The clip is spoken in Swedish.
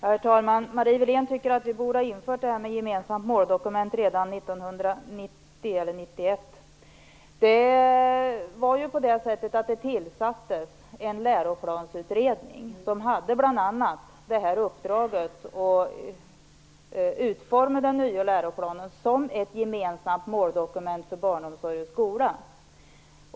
Herr talman! Marie Wilén tycker att vi borde har infört ett gemensamt måldokumnet redan 1990-91. Då tillsattes en utredning som bl.a. hade uppdraget att utforma den nya läroplanen som ett gemensamt måldokument för barnomsorg och skola.